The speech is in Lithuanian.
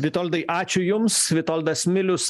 vitoldai ačiū jums vitoldas milius